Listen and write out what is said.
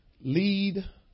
Lead